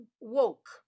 woke